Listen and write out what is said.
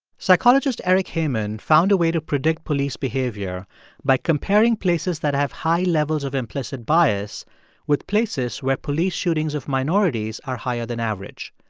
psychologist eric hehman found a way to predict police behavior by comparing places that have high levels of implicit bias with places where police shootings of minorities are higher than average.